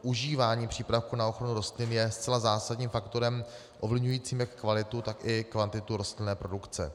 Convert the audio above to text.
Užívání přípravků na ochranu rostlin je zcela zásadním faktorem ovlivňujícím jak kvalitu, tak i kvantitu rostlinné produkce.